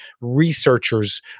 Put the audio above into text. researchers